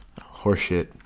Horseshit